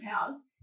pounds